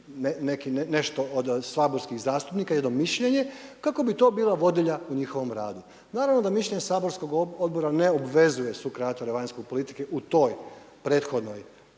nešto od saborskog zastupnika, jedno mišljenje, kako bi to bila vodilja u njihovom radu. Naravno da mišljenje saborskog odbora ne obvezuje sukreatore vanjske politike u toj prethodnoj